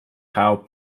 how